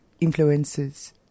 influences